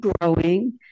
growing